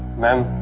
ma'am,